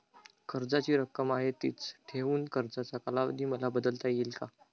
कर्जाची रक्कम आहे तिच ठेवून कर्जाचा कालावधी मला बदलता येईल का?